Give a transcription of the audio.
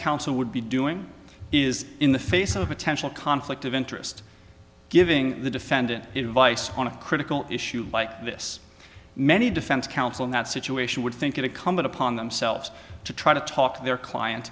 counsel would be doing is in the face of potential conflict of interest giving the defendant vice on a critical issue like this many defense counsel in that situation would think it a comment upon themselves to try to talk their client